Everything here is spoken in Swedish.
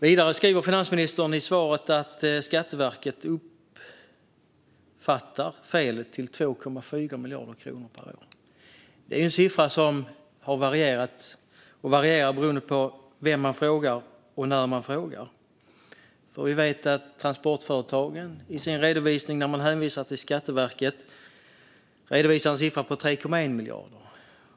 Vidare sa finansministern att Skatteverket uppskattar felet till 2,4 miljarder kronor per år. Det är en siffra som har varierat, och varierar, beroende på vem man frågar och när man frågar. Vi vet att Transportföretagen hänvisar till Skatteverket i sin redovisning och tar upp en siffra på 3,1 miljarder.